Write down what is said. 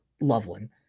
Loveland